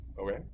okay